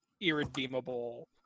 irredeemable